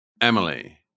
Emily